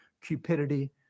cupidity